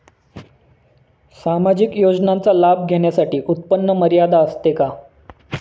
सामाजिक योजनांचा लाभ घेण्यासाठी उत्पन्न मर्यादा असते का?